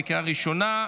בקריאה ראשונה.